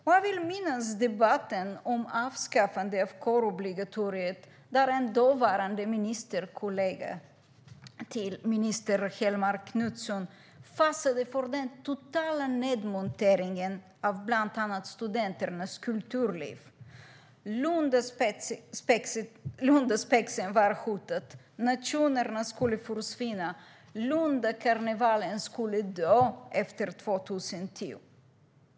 Jag minns debatten om avskaffandet av kårobligatoriet, där en dåvarande ministerkollega till Helene Hellmark Knutsson fasade för den totala nedmonteringen av bland annat studenternas kulturliv. Lundaspexen var hotade, nationerna skulle försvinna, och Lundakarnevalen skulle dö efter 2010.